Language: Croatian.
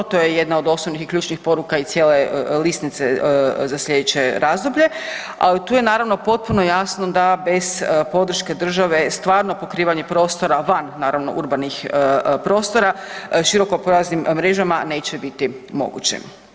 To je jedna od osnovnih i ključnih poruka i cijele lisnice za slijedeće razdoblje, ali tu je naravno potpuno jasno da bez podrške države stvarno pokrivanje prostora van naravno urbanih prostora širokopojasnim mrežama neće biti moguće.